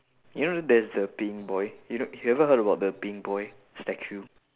you know there's the peeing boy you know you ever heard about the peeing boy statue